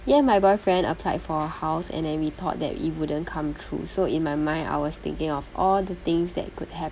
me and my boyfriend applied for a house and then we thought that it wouldn't come through so in my mind I was thinking of all the things that could happen